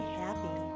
happy